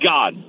God